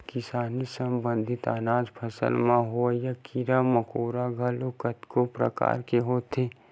किसानी संबंधित अनाज फसल म होवइया कीरा मकोरा घलोक कतको परकार के होथे